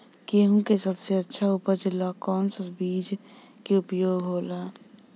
गेहूँ के सबसे अच्छा उपज ला कौन सा बिज के उपयोग होला?